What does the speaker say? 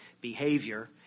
behavior